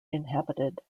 inhabited